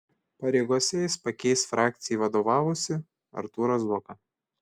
pareigose jis pakeis frakcijai vadovavusį artūrą zuoką